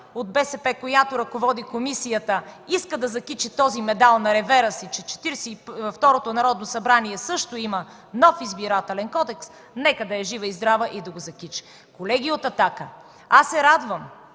от БСП, която ръководи комисията, иска да закичи този медал на ревера си – че Четиридесет и второто Народно събрание също има нов Избирателен кодекс, нека да е жива и здрава и да го закичи. Колеги от „Атака”, радвам